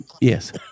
Yes